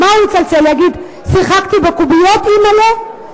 למה הוא יצלצל, להגיד: שיחקתי בקוביות אמאל'ה?